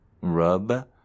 Rub